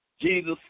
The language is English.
Jesus